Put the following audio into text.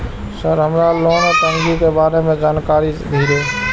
Sir हमरा loan टंगी के बारे में जान कारी धीरे?